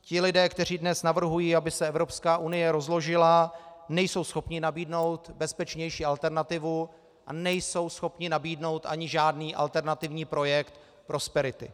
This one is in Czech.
Ti lidé, kteří dnes navrhují, aby se Evropská unie rozložila, nejsou schopni nabídnout bezpečnější alternativu a nejsou schopni nabídnout ani žádný alternativní projekt prosperity.